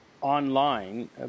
online